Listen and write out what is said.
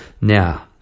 now